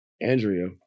Andrea